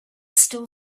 still